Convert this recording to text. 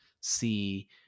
see